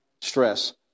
stress